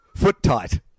Foottight